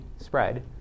spread